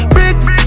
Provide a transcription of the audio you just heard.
Bricks